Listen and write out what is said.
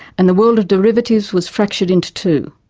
and the world of derivatives was fractured into two.